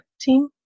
team